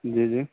جی جی